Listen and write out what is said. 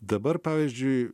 dabar pavyzdžiui